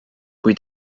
kui